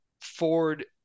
Ford